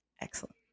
excellent